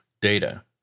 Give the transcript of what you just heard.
Data